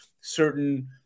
certain